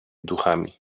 duchami